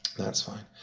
that's fine.